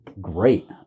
great